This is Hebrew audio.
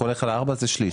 אנחנו לך על ארבע, זה שליש.